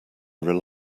rely